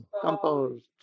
composed